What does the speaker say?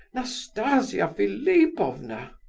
nastasia philipovna!